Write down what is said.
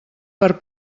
per